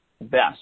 best